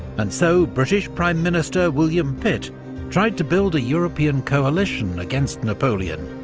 and so british prime minister william pitt tried to build a european coalition against napoleon,